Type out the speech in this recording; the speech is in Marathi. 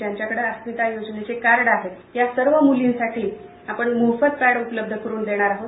ज्यांच्याकडे अस्मिता योजनेचे कार्ड आहेत या सर्व मूलींसाठी आपण मोफत पॅड उपलब्ध करून देणार आहोत